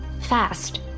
Fast